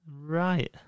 Right